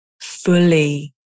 fully